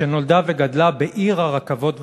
"שנולדה וגדלה בעיר הרכבות והכספומטים.